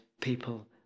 people